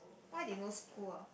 why they no school oh